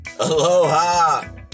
Aloha